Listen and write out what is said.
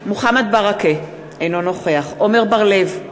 מוחמד ברכה, אינו נוכח עמר בר-לב,